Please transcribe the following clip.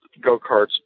go-karts